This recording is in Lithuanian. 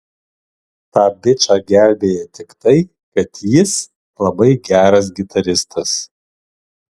tą bičą gelbėja tik tai kad jis labai geras gitaristas